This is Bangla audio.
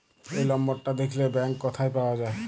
এই লম্বরটা দ্যাখলে ব্যাংক ক্যথায় পাউয়া যায়